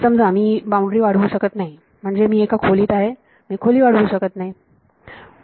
समजा मी सीमा वाढवू शकत नाही म्हणजे मी एका खोलीत आहे मी खोली वाढवू शकत नाही